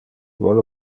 vole